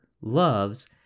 loves